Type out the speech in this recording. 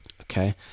Okay